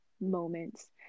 moments